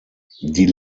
die